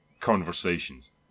conversations